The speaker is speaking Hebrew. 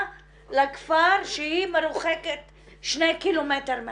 לכפר שהיא מרוחקת שני קילומטרים מהבית,